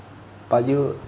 but you